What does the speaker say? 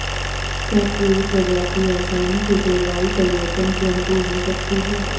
क्या कोई प्रजाति आसानी से जलवायु परिवर्तन के अनुकूल हो सकती है?